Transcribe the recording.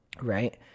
Right